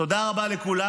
תודה רבה לכולם.